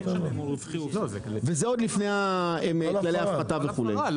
וזה עוד לפני כללי הפחתה וכו'.